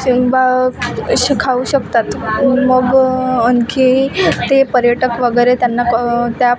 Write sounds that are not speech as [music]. [unintelligible] असे खाऊ शकतात मग आणखी ते पर्यटक वगैरे त्यांना त्या